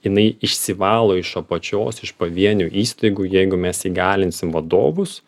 jinai išsivalo iš apačios iš pavienių įstaigų jeigu mes įgalinsim vadovus